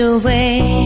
away